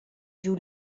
giu